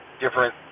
different